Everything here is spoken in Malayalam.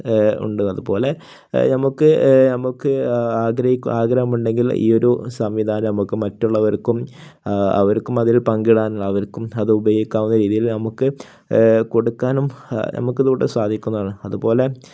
ഉണ്ട് അതുപോലെ നമുക്ക് നമുക്ക് ആഗ്രഹിക്കുക ആഗ്രഹമുണ്ടെങ്കിൽ ഈ ഒരു സംവിധാനം നമുക്ക് മറ്റുള്ളവർക്കും അവർക്കും അതിൽ പങ്കിടാൻ അവർക്കും അത് ഉപയോഗിക്കാവുന്ന രീതിയിൽ നമുക്ക് കൊടുക്കാനും നമുക്ക് ഇതോടെ സാധിക്കുന്നതാണ് അതുപോലെ